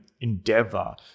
endeavor